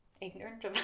ignorant